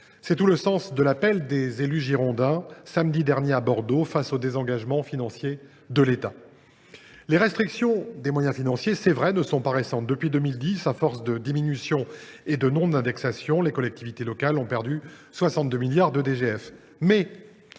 C’est tout le sens de l’appel des élus girondins, samedi dernier à Bordeaux, face au désengagement financier de l’État. La restriction des moyens financiers n’est pas récente : depuis 2010, à force de diminution et de non indexation, les collectivités locales ont perdu 62 milliards d’euros